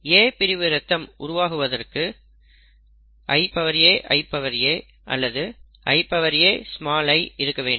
A பிரிவு இரத்தம் உருவாகுவதற்கு IA IA அல்லது IA i இருக்கவேண்டும்